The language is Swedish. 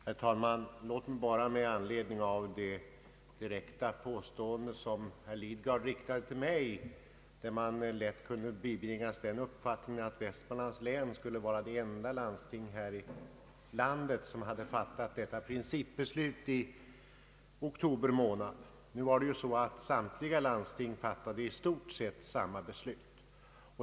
Herr talman! Låt mig bara säga några ord med anledning av det direkta påstående som herr Lidgard riktade till mig och av vilket man lätt kunde bibringas den uppfattningen att Västmanlands läns landsting var det enda landsting som fattat detta principbeslut i oktober månad. Det var ju så att samtliga landsting fattade i stort sett samma beslut.